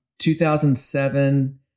2007